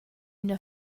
üna